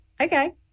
okay